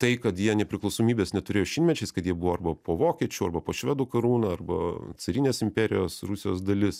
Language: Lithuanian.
tai kad jie nepriklausomybės neturėjo šimtmečiais kad jie buvo arba po vokiečių arba po švedų karūna arba carinės imperijos rusijos dalis